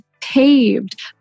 paved